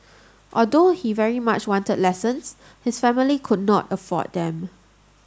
although he very much wanted lessons his family could not afford them